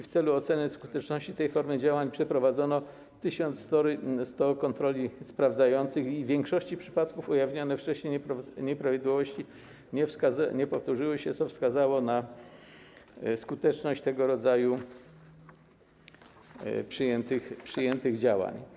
W celu oceny skuteczności tej formy działań przeprowadzono 1100 kontroli sprawdzających i w większości przypadków ujawnione wcześniej nieprawidłowości nie powtórzyły się, co wskazywało na skuteczność tego rodzaju przyjętych działań.